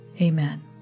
Amen